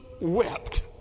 wept